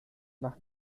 nach